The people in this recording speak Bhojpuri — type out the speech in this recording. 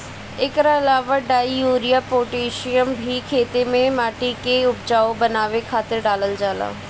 एकरा अलावा डाई, यूरिया, पोतेशियम भी खेते में माटी के उपजाऊ बनावे खातिर डालल जाला